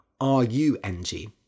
r-u-n-g